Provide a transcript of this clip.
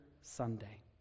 Sunday